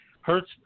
Hertz